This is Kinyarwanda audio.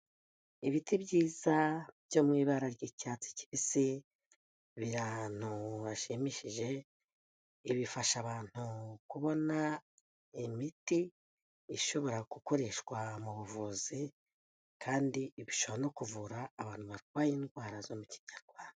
Ibiti byiza byo mu ibara ry'icyatsi kibisi, biri ahantu hashimishije, ibi bifasha abantu kubona imiti ishobora gukoreshwa mu buvuzi kandi bishobora no kuvura abantu barwaye indwara zo mu kinyarwanda.